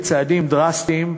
וצעדים דרסטיים,